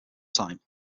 time